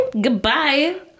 Goodbye